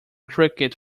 cricket